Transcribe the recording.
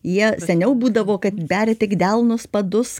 jie seniau būdavo kad beria tik delnus padus